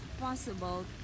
possible